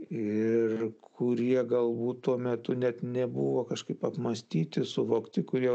ir kurie galbūt tuo metu net nebuvo kažkaip apmąstyti suvokti kurie